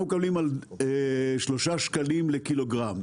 אנחנו מקבלים שלושה שקלים לק"ג.